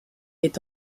est